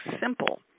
simple